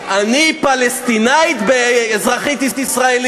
של ערבים שרואים את עצמם אזרחים של המדינה